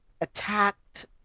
attacked